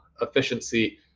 efficiency